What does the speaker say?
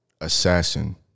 Assassin